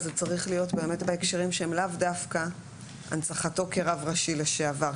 אז זה צריך להיות באמת בהקשרים שהם לאו דווקא הנצחתו כרב ראשי לשעבר,